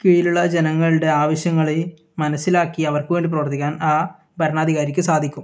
കീഴിലുള്ള ജനങ്ങളുടെ ആവശ്യങ്ങൾ മനസ്സിലാക്കി അവർക്ക് വേണ്ടി പ്രവർത്തിക്കാൻ ആ ഭരണാധികാരിക്ക് സാധിക്കും